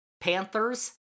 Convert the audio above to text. Panthers